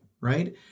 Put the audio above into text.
right